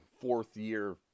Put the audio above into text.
fourth-year